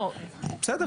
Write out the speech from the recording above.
בסדר.